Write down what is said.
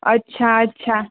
અચ્છા અચ્છા